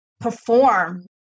perform